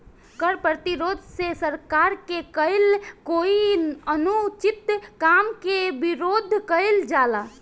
कर प्रतिरोध से सरकार के कईल कोई अनुचित काम के विरोध कईल जाला